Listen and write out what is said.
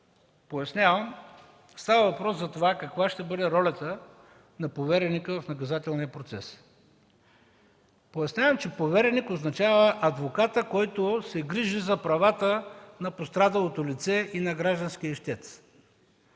т. 3 и 4. Става въпрос за това каква ще бъде ролята на повереника в наказателния процес. Пояснявам, че повереник означава адвокат, който се грижи за правата на пострадалото лице и на гражданския ищец.